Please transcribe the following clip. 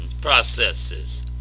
processes